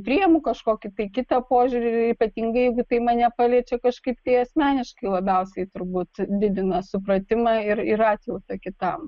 priimu kažkokį tai kitą požiūrį ir ypatingai tai mane paliečia kažkaip tai asmeniškai labiausiai turbūt didina supratimą ir ir atjautą kitam